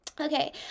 Okay